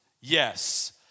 yes